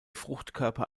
fruchtkörper